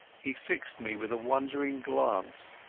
he fixed me with a wandering glance,